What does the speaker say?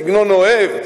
בסגנון אוהב,